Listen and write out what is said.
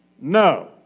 No